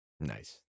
Nice